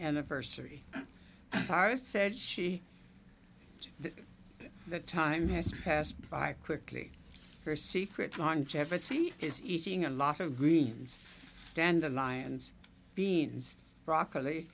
anniversary tara said she that time has passed by quickly her secret on jeopardy is eating a lot of greens dandelions beans broccoli